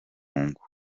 ngo